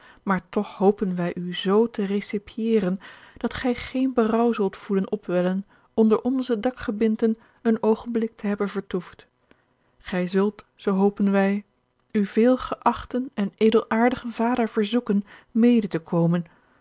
maar toch hopen wij u zoo te recepiëren dat gij geen berouw zult voelen opwellen onder onze dakgebindten een oogenblik te hebben vertoefd gij zult zoo hopen wij uw veelgeaehten en edelaardigen vader verzoeken mede te komen